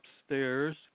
upstairs